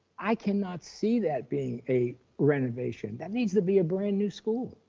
i cannot see that being a renovation, that needs to be a brand new school,